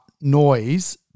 noise